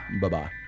Bye-bye